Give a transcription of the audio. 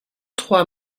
trois